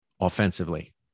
offensively